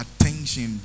attention